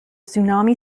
tsunami